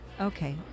Okay